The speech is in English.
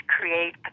create